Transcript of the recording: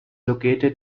located